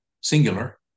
singular